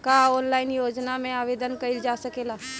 का ऑनलाइन योजना में आवेदन कईल जा सकेला?